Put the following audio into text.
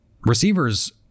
receivers